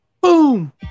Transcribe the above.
Boom